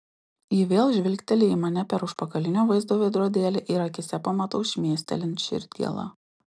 ji vėl žvilgteli į mane per užpakalinio vaizdo veidrodėlį ir akyse pamatau šmėstelint širdgėlą